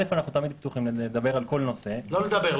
אנחנו תמיד פתוחים לדבר על כל נושא -- לא לדבר,